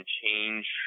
change